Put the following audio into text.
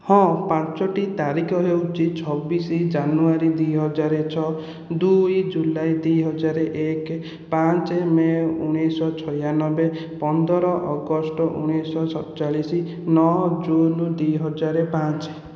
ହଁ ପାଞ୍ଚୋଟି ତାରିଖ ହେଉଛି ଛବିଶ ଜାନୁଆରୀ ଦୁଇ ହଜାର ଛଅ ଦୁଇ ଜୁଲାଇ ଦୁଇ ହଜାର ଏକ ପାଞ୍ଚ ମେ' ଉଣେଇଶହ ଛୟାନବେ ପନ୍ଦର ଅଗଷ୍ଟ ଉଣେଇଶହ ସତଚାଳିଶ ନଅ ଜୁନ ଦୁଇ ହଜାର ପାଞ୍ଚ